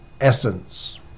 essence